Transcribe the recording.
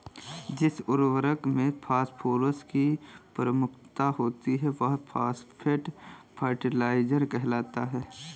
जिस उर्वरक में फॉस्फोरस की प्रमुखता होती है, वह फॉस्फेट फर्टिलाइजर कहलाता है